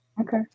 Okay